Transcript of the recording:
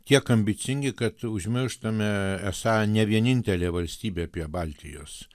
kiek ambicingi kad užmirštame esą ne vienintelė valstybė prie baltijos